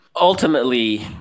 Ultimately